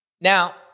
Now